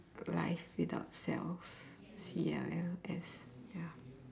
life without cells C E L L S ya